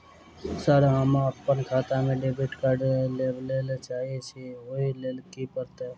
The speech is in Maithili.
सर हम अप्पन खाता मे डेबिट कार्ड लेबलेल चाहे छी ओई लेल की परतै?